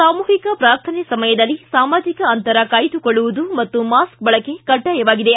ಸಾಮೂಹಿಕ ಪ್ರಾರ್ಥನೆ ಸಮಯದಲ್ಲಿ ಸಾಮಾಜಿಕ ಅಂತರ ಕಾಯ್ದುಕೊಳ್ಳುವುದು ಹಾಗೂ ಮಾಸ್ಕ್ ಬಳಕೆ ಕಡ್ಡಾಯವಾಗಿದೆ